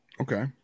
okay